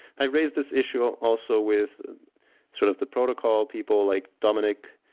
i raised this issue also with sort of the protocol people, like dominic,